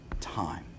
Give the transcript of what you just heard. time